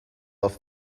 off